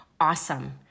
awesome